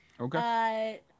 Okay